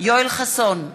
יואל חסון,